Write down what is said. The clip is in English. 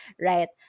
right